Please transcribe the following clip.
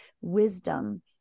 wisdom